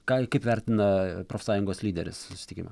ką kaip vertina profsąjungos lyderis susitikimą